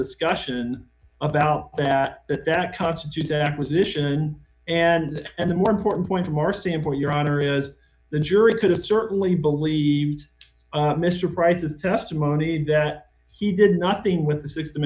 discussion about that that that constitutes acquisition and and the more important point from our standpoint your honor is the jury could have certainly believed mr price's testimony that he did nothing with the six